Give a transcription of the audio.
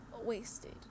wasted